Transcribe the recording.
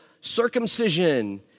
circumcision